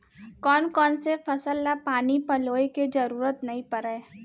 कोन कोन से फसल ला पानी पलोय के जरूरत नई परय?